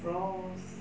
fross~